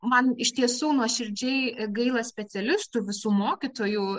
man iš tiesų nuoširdžiai gaila specialistų visų mokytojų